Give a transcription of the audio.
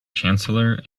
chancellor